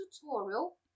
tutorial